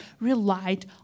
relied